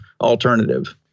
alternative